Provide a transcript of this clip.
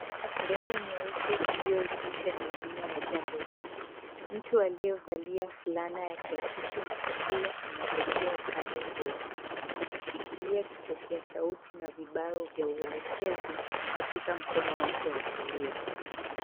Ndege nyeupe, iliyoegeshwa, ni ya aina ya Jambo Jet. Mtu aliyevalia flana ya kiakishi na kofia anaelekea upande huo, akishikilia kipokea sauti na vibao vya uelekezi katika mkono wake wa kulia.